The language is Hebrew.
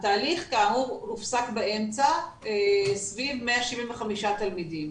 התהליך כאמור הופסק באמצע סביב 175 תלמידים.